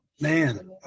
man